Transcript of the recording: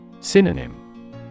Synonym